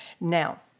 Now